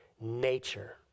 nature